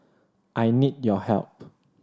I need your help